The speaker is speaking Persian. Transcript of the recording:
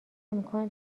امکان